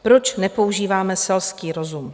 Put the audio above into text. Proč nepoužíváme selský rozum?